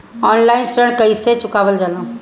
Online ऋण कईसे चुकावल जाला?